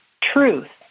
truth